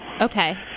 Okay